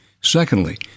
Secondly